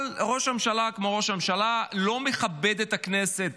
אבל ראש הממשלה, כמו ראש הממשלה, לא מכבד את הכנסת